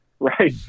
Right